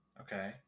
Okay